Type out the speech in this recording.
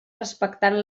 respectant